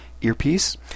earpiece